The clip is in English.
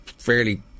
fairly